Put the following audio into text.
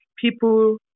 people